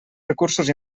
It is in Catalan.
recursos